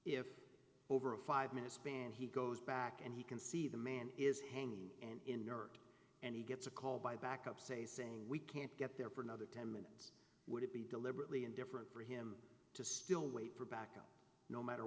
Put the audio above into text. if over a five minute span he goes back and he can see the man is hanging in inert and he gets a call by back up say saying we can't get there part of the ten minutes would be deliberately indifferent for him to still wait for backup no matter